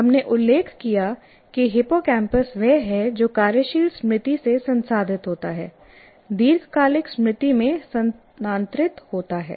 हमने उल्लेख किया कि हिप्पोकैम्पस वह है जो कार्यशील स्मृति से संसाधित होता है दीर्घकालिक स्मृति में स्थानांतरित होता है